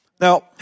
Now